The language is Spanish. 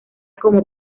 como